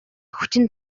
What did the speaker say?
хүчин